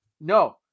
no